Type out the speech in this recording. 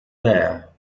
there